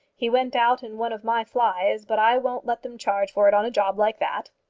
he went out in one of my flies, but i won't let them charge for it on a job like that.